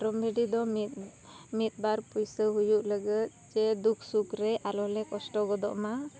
ᱢᱮᱨᱚᱢ ᱵᱷᱤᱰ ᱫᱚ ᱢᱤᱫ ᱢᱤᱫ ᱵᱟᱨ ᱯᱩᱭᱥᱟᱹ ᱦᱩᱭᱩᱜ ᱞᱟᱹᱜᱟᱹᱫ ᱥᱮ ᱫᱩᱠ ᱥᱩᱠ ᱨᱮ ᱟᱞᱚ ᱞᱮ ᱠᱚᱥᱴᱚ ᱜᱚᱫᱚᱜ ᱢᱟ